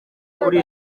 kuri